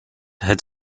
had